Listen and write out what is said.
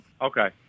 Okay